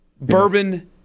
Bourbon